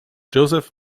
joseph